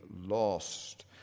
lost